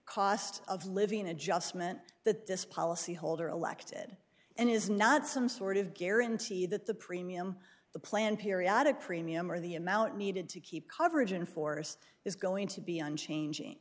cost of living adjustment that this policy holder elected and is not some sort of guarantee that the premium the plan periodic premium or the amount needed to keep coverage in force is going to be unchanging